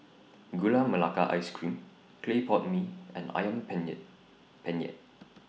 Gula Melaka Ice Cream Clay Pot Mee and Ayam Penyet Penyet